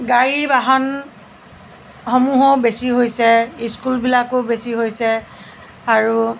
গাড়ী বাহনসমূহো বেছি হৈছে স্কুলবিলাকো বেছি হৈছে আৰু